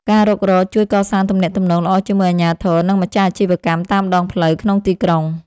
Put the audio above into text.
ការរុករកជួយកសាងទំនាក់ទំនងល្អជាមួយអាជ្ញាធរ និងម្ចាស់អាជីវកម្មតាមដងផ្លូវក្នុងទីក្រុង។